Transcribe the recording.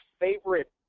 favorite